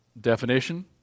definition